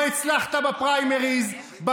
לא הצלחת בפריימריז.